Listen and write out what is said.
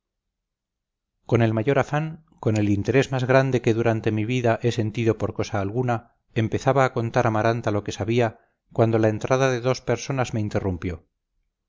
con el mayor afán con el interés más grande que durante mi vida he sentido por cosa alguna empezaba a contar a amaranta lo que sabía cuando la entrada de dos personas me interrumpió